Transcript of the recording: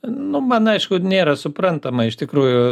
nu man aišku nėra suprantama iš tikrųjų